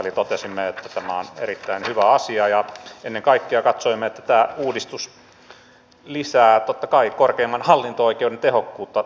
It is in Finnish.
eli totesimme että tämä on erittäin hyvä asia ja ennen kaikkea katsoimme että tämä uudistus lisää totta kai korkeimman hallinto oikeuden tehokkuutta